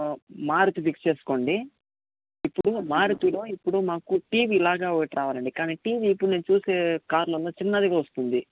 Maruti fix చేసుకోండి ఇప్పుడు మారుతిలో ఇప్పుడు మాకు టీవీ లాగా ఒకటి రావాలండి కానీ టీవీ ఇప్పుడు నేను చూసే కార్లో చిన్నదిగా వస్తుంది